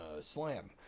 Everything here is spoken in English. slam